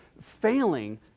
failing